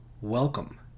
Welcome